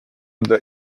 the